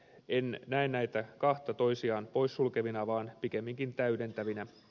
en näe näitä kahta toisiaan poissulkevina vaan pikemminkin täydentävinä